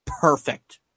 perfect